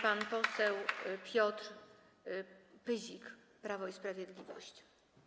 Pan poseł Piotr Pyzik, Prawo i Sprawiedliwość.